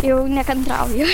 jau nekantrauju